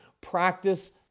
practice